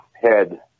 head